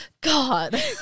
God